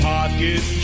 Pocket